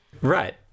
Right